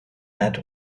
met